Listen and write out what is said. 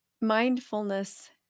Mindfulness